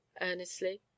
earnestly